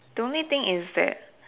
the only thing is that